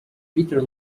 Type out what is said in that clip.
bitter